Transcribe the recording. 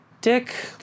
Dick